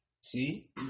See